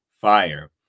Fire